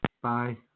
Bye